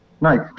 Nice